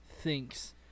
thinks